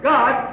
God